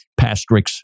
Pastrix